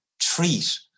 treat